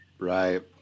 Right